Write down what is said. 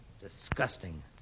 disgusting